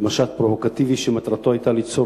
זה היה משט פרובוקטיבי שמטרתו היתה ליצור